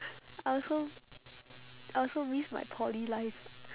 I also I also miss my poly life